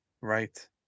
Right